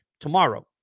tomorrow